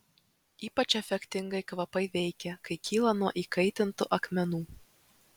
ypač efektingai kvapai veikia kai kyla nuo įkaitintų akmenų